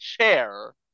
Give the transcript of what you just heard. chair